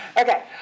Okay